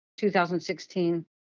2016